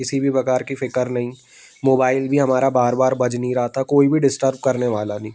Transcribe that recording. किसी भी प्रकार की फ़िक्र नही मोबाईल भी हमारा बार बार बज नहीं रहा था कोई भी डिस्टर्ब करने वाला नहीं